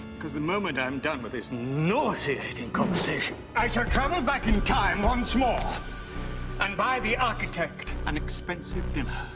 because the moment i'm done with this nauseating conversation, i shall travel back in time once more and buy the architect an expensive dinner,